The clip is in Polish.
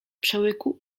przełyku